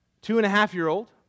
two-and-a-half-year-old